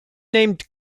named